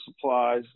supplies